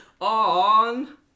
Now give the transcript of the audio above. On